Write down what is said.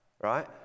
Right